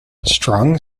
strong